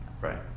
Right